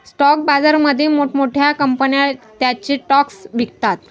stock बाजारामध्ये मोठ्या मोठ्या कंपन्या त्यांचे स्टॉक्स विकतात